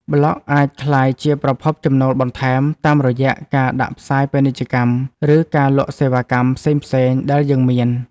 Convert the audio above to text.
ប្លក់អាចក្លាយជាប្រភពចំណូលបន្ថែមតាមរយៈការដាក់ផ្សាយពាណិជ្ជកម្ម ឬការលក់សេវាកម្មផ្សេងៗដែលយើងមាន។